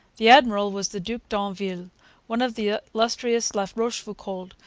the admiral was the duc d'anville, one of the illustrious la rochefoucaulds,